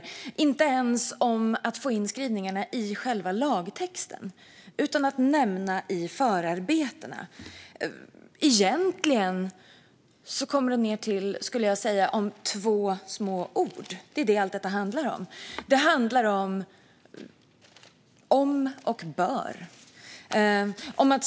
Det handlar inte ens om att få in skrivningarna i själva lagtexten utan om att nämna dem i förarbetena. Egentligen skulle jag säga att det kommer ned till två små ord. Det är det allt detta handlar om, nämligen orden "om" och "bör".